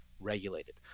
regulated